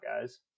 guys